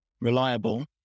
reliable